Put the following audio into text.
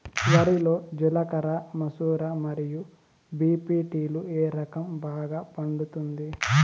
వరి లో జిలకర మసూర మరియు బీ.పీ.టీ లు ఏ రకం బాగా పండుతుంది